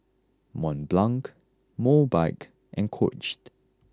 Mont Blanc Mobike and Coached